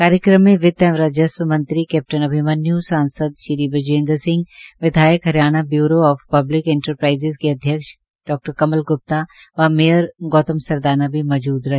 कार्यक्रम में वित्त एवं राजस्व मंत्री कैप्टन अभिमन्यु सांसद श्री बृजेंद्र सिंह विधायक व Haryana bureau of public enterprises के अध्यक्ष डॉ कमल गुप्ता व मेयर श्री गौतम सरदाना भी मौजूद रहे